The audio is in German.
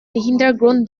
hintergrund